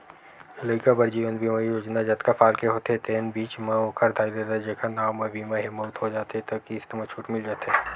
लइका बर जीवन बीमा योजना जतका साल के होथे तेन बीच म ओखर दाई ददा जेखर नांव म बीमा हे, मउत हो जाथे त किस्त म छूट मिल जाथे